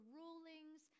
rulings